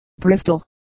Bristol